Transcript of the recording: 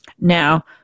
Now